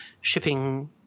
shipping